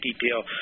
detail